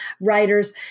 writers